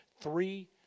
Three